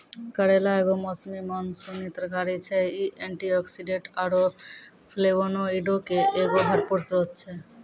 करेला एगो मौसमी मानसूनी तरकारी छै, इ एंटीआक्सीडेंट आरु फ्लेवोनोइडो के एगो भरपूर स्त्रोत छै